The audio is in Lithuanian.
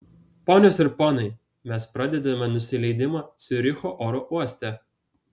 ponios ir ponai mes pradedame nusileidimą ciuricho oro uoste